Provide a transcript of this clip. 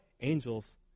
Angels